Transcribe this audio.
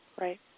Right